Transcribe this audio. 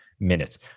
minutes